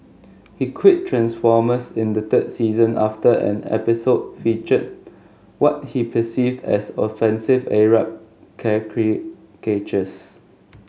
he quit transformers in the third season after an episode featured what he perceived as offensive Arab